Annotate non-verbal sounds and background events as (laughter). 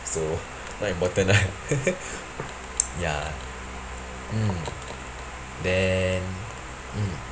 so not important lah (laughs) ya mm then mm